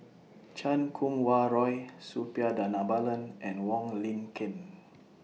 Chan Kum Wah Roy Suppiah Dhanabalan and Wong Lin Ken